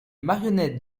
marionnettes